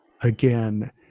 again